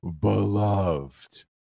beloved